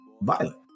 violent